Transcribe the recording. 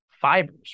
fibers